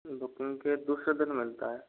दुकान के दूसरे दिन लगता है